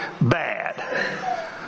bad